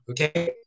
Okay